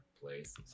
place